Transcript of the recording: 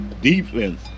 defense